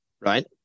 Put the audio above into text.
right